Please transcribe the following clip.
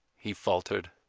he faltered.